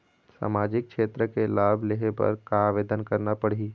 सामाजिक क्षेत्र के लाभ लेहे बर का आवेदन करना पड़ही?